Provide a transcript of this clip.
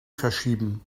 verschieben